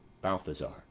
Balthazar